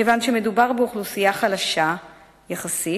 כיוון שמדובר באוכלוסייה חלשה יחסית,